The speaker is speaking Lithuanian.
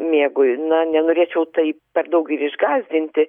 miegui na nenorėčiau tai per daug ir išgąsdinti